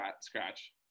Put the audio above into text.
scratch